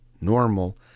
normal